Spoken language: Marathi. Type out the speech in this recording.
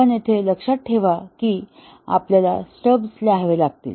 पण इथे लक्षात ठेवा कि आपल्याला स्टब्स लिहावे लागतील